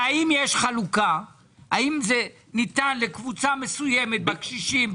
אם היית בא לראות איך מתחזקים בלוק.